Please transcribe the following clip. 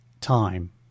time